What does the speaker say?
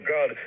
God